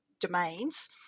domains